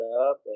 up